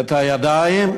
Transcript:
היחידה של היהודים